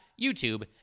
YouTube